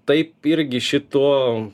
taip irgi šito